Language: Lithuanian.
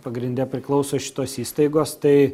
pagrinde priklauso šitos įstaigos tai